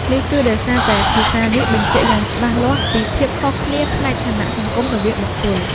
នេះគឺដោយសារតែភាសានេះបញ្ជាក់យ៉ាងច្បាស់លាស់ពីភាពខុសគ្នាផ្នែកឋានៈសង្គមរវាងបុគ្គល។